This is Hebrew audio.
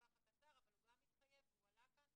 בטווח הקצר אבל הוא גם מתחייב והוא עלה כאן.